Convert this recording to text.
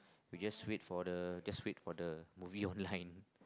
we just wait for just wait for movie online